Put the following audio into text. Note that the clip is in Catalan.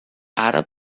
àrab